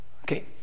Okay